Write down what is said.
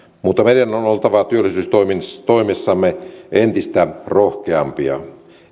mutta meidän on oltava työllisyystoimissamme entistä rohkeampia